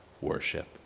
worship